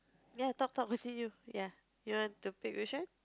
ya talk talk between you ya you want to pick which one